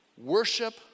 worship